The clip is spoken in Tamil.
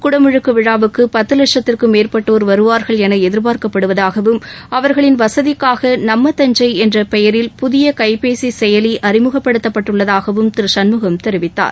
குடமுழுக்கு விழாவுக்கு பத்து வட்சத்திற்கும் மேற்பட்டோர் வருவார்கள் என எதிர்பார்க்கப்படுவதாகவும் அவர்களின் வசதிக்காக செயலி அறிமுகப்படுத்தப்பட்டுள்ளதாகவும் திரு சண்முகம் தெரிவித்தார்